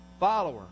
follower